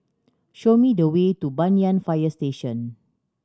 show me the way to Banyan Fire Station